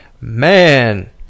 man